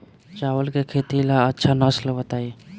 चावल के खेती ला अच्छा नस्ल बताई?